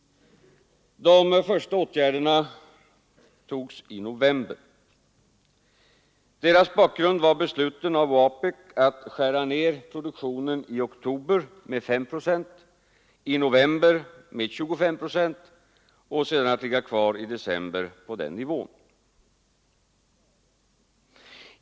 De första åtgärderna vidtogs i november. Deras bakgrund var besluten av OAPEC att skära ned produktionen i oktober med 5 procent, i november med 25 procent och sedan att ligga kvar i december på den nivån.